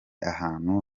ahantu